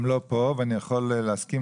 הם לא פה ואני יכול להסכים.